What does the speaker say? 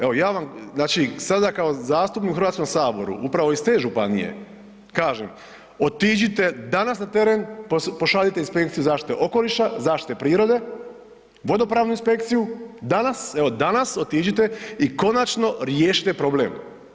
Evo, ja vam, znači sada kao zastupnik u HS upravo iz te županije kažem, otiđite danas na teren, pošaljite inspekciju zaštite okoliša, zaštite prirode, vodopravnu inspekciju, danas, evo danas otiđite i konačno riješite problem.